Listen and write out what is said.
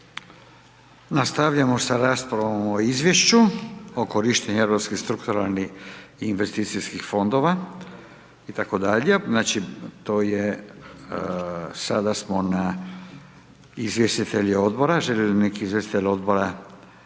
Nastavljamo sa raspravom o Izvješću, o korištenju europskih strukturalnih i investicijskih fondova itd.. Znači to je, sada smo na izvjestitelji odbora. Žele li neki izvjestitelji odbora